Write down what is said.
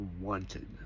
wanted